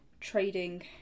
trading